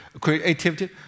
creativity